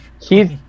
He's-